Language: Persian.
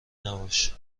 نباش